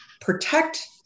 protect